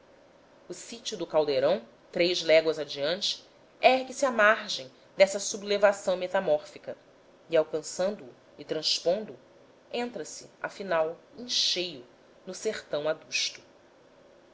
o sítio do caldeirão três léguas adiante ergue-se à margem dessa sublevação metamórfica e alcançando o e transpondo o entra-se afinal em cheio no sertão adusto